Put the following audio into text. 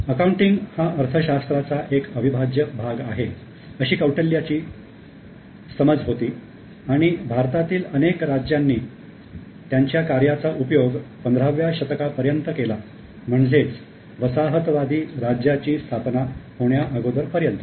accounting हा अर्थशास्त्राचा एक अविभाज्य भाग आहे अशी कौटिल्यची समाज होती आणि भारतातील अनेक राज्यांनी त्याच्या कार्याचा उपयोग पंधराव्या शतकापर्यंत केला म्हणजेच वसाहतवादी राज्याची स्थापना होण्या अगोदर पर्यंत